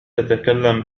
تتكلم